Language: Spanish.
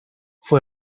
fue